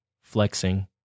flexing